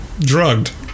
drugged